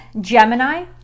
Gemini